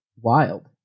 wild